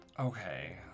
Okay